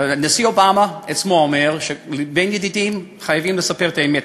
הנשיא אובמה עצמו אומר שבין ידידים חייבים לספר את האמת.